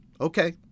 okay